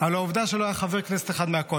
אבל העובדה היא שלא היה חבר כנסת אחד מהקואליציה